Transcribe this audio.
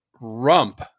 rump